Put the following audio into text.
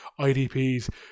IDPs